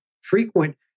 frequent